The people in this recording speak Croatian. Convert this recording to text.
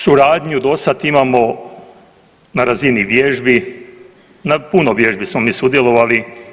Suradnju do sada imamo na razini vježbi, na puno vježbi smo mi sudjelovali.